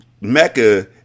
Mecca